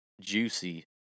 juicy